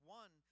one